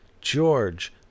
George